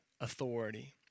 authority